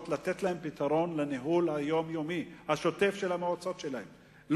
לתת להם פתרון לניהול היומיומי השוטף של המועצות שלהם,